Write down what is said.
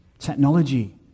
Technology